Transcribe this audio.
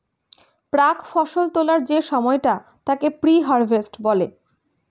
প্রাক্ ফসল তোলার যে সময়টা তাকে প্রি হারভেস্ট বলে